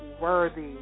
worthy